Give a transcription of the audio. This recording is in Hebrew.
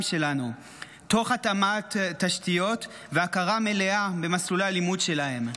שלנו תוך התאמת תשתיות והכרה מלאה במסלולי הלימוד שלהם.